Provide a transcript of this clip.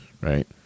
right